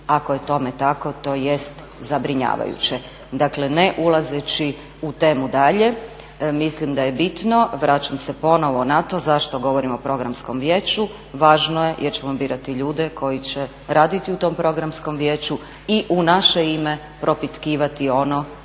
Ako je tome tako, to jest zabrinjavajuće. Dakle, ne ulazeći u temu dalje, mislim da je bitno, vraćam se ponovo na to zašto govorim o Programskom vijeću, važno jer ćemo birati ljude koji će raditi u tom Programskom vijeću i u naše ime propitkivati ono